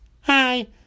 Hi